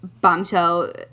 bombshell